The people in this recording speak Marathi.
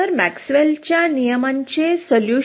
तर मॅक्सवेलच्या नियमांचे उपाय